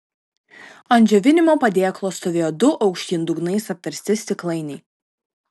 ant džiovinimo padėklo stovėjo du aukštyn dugnais apversti stiklainiai